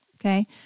Okay